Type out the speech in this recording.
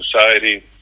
society